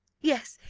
yes,